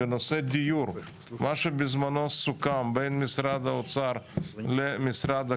בנושא דיור מה שבזמנו סוכם בין משרד האוצר למשרד הקליטה,